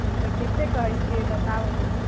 तऽ कतेक कहैत छियै बताउ ने